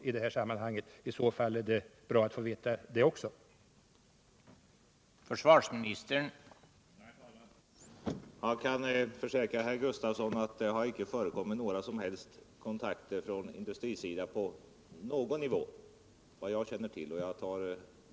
Om så är fallet vore det bra att få veta också det.